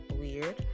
weird